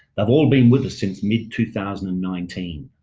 they've all been with us since mid two thousand and nineteen.